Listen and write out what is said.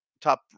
top